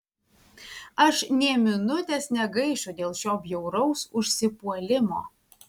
aš nė minutės negaišiu dėl šio bjauraus užsipuolimo